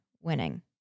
winning